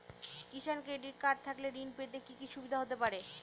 কিষান credit card থাকলে ঋণ পেতে কি কি সুবিধা হতে পারে?